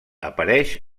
apareix